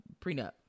prenup